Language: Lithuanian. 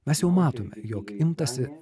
mes jau matome jog imtasi